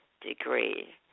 degree